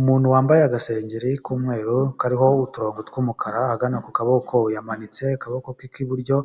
Umuntu wambaye agasengeri k'umweru kariho uturongo tw'umukara ahagana ku kaboko yamanitse akaboko ke k'iburyo,